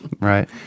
Right